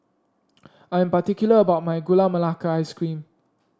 I am particular about my Gula Melaka Ice Cream